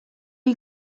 you